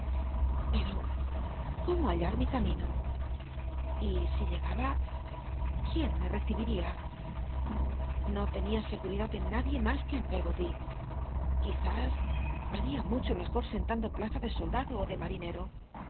pero cómo hallar mi camino y si llegaba qu ién me recibiría no tenia seguridad en nad ie mas que en peggoty quizás baria mucho mejor sentando plaza de soldado ó de